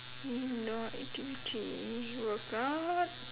indoor activity workout